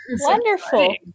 wonderful